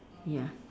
ya